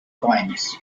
coins